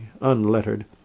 unlettered